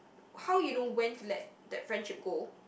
how you know when to let that friendship go